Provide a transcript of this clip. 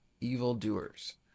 evildoers